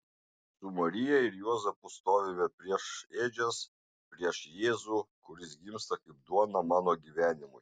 su marija ir juozapu stovime prieš ėdžias prieš jėzų kuris gimsta kaip duona mano gyvenimui